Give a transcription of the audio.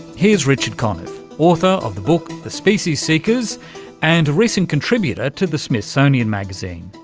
here's richard conniff, author of the book the species seekers and a recent contributor to the smithsonian magazine.